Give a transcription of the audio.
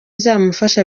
izamufasha